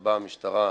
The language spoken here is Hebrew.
שבה המשטרה נוכחת,